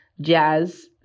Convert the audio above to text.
jazz